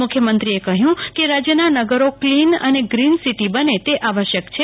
મુખ્યમંત્રીએ કહ્યું કે રાજ્યના નગરો કલીન અને ગ્રીન સીટી બને તે આવશ્યક છે